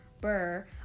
Burr